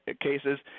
cases